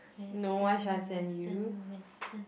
Western Western Western